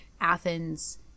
Athens